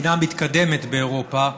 מדינה מתקדמת באירופה,